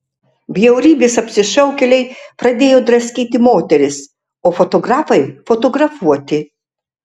bjaurybės apsišaukėliai pradėjo draskyti moteris o fotografai fotografuoti